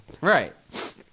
Right